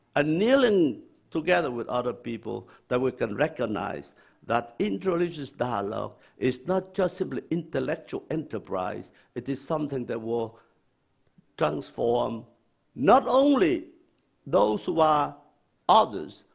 ah kneeling together with other people, that we can recognize that interreligious dialogue is not just simply intellectual enterprise. it is something that will transform not only those who are others,